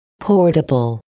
Portable